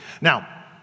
Now